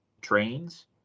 trains